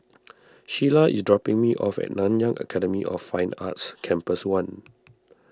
Shiela is dropping me off at Nanyang Academy of Fine Arts Campus one